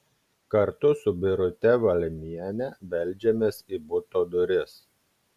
kartu su birute valmiene beldžiamės į buto duris